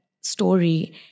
story